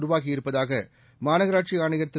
உருவாகி இருப்பதாக மாநகராட்சி ஆணையர் திரு